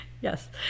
Yes